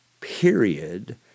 period